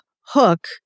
Hook